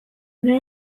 unter